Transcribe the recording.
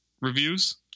reviews